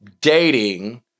dating